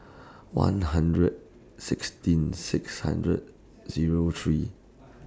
one hundred sixteen six hundred Zero three